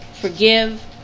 forgive